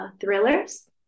thrillers